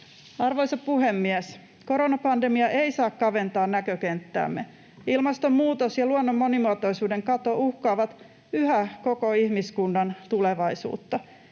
Arvoisa puhemies! Koronapandemia ei saa kaventaa näkökenttäämme. Ilmastonmuutos ja luonnon monimuotoisuuden kato uhkaavat yhä koko ihmiskunnan tulevaisuutta.